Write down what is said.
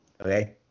okay